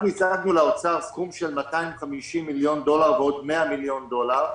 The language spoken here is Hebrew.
אנחנו הצגנו למשרד האוצר סכום של 250 מיליון דולר ועוד 100 מיליון דולר,